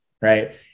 right